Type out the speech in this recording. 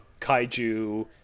kaiju